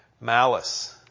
malice